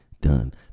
done